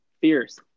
Fierce